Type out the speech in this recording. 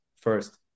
first